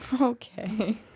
Okay